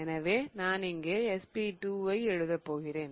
எனவே நான் இங்கே sp2 ஐ எழுதப் போகிறேன்